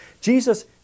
Jesus